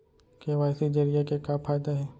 KYC जरिए के का फायदा हे?